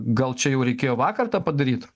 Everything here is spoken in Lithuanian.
gal čia jau reikėjo vakar tą padaryt